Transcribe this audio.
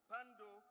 Pando